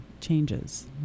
changes